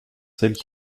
celles